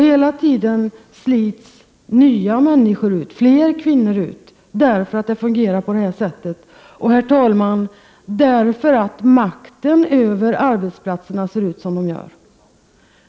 Hela tiden slits nya människor och fler kvinnor ut, därför att det fungerar på detta sätt och, herr talman, därför att det beträffamde makten över arbetsplatserna ser ut som det gör.